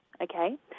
Okay